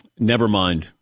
Nevermind